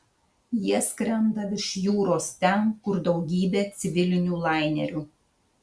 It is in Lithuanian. jie skrenda virš jūros ten kur daugybė civilinių lainerių